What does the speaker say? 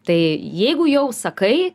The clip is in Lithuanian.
tai jeigu jau sakai